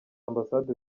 ambasade